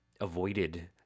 avoided